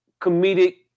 comedic